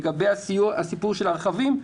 לגבי הסיפור של הרכבים,